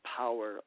power